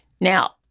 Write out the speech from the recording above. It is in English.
Now